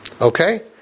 Okay